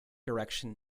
direction